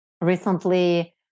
Recently